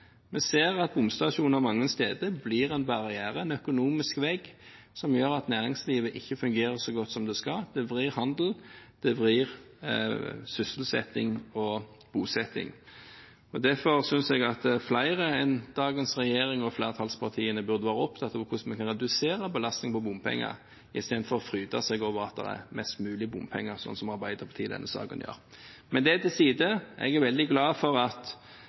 Vi ser at bomstasjoner mange steder blir en barriere, en økonomisk vegg, som gjør at næringslivet ikke fungerer så godt som det skal. Det vrir handel, det vrir sysselsetting og bosetting. Derfor synes jeg at flere enn dagens regjering og flertallspartiene burde være opptatt av hvordan vi kan redusere bompengebelastningen, istedenfor å fryde seg over at det er mest mulig bompenger, slik som Arbeiderpartiet gjør i denne saken. Men det til side: Jeg er veldig glad for at